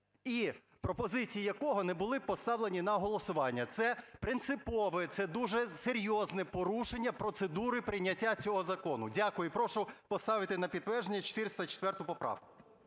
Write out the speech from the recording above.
і пропозиції якого не були поставлені на голосування. Це принципове, це дуже серйозне порушення процедури прийняття цього закону. Дякую. І прошу поставити на підтвердження 404 поправку.